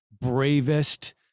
bravest